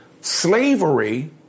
slavery